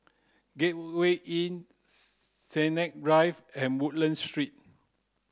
Gateway Inn Sennett Drive and Woodlands Street